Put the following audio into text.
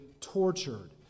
tortured